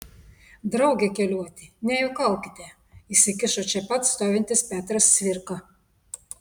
drauge keliuoti nejuokaukite įsikišo čia pat stovintis petras cvirka